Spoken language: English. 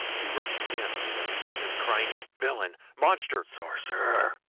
he rushed again on the young peasant, crying villain! monster! sorcerer!